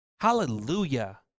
Hallelujah